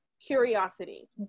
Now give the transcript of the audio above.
curiosity